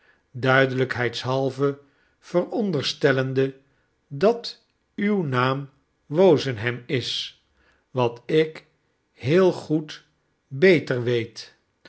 duidelijkheidshalve vooronderstellende dat uw naam wozenham is wat ik heel goed beter weet